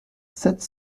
sept